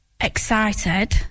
excited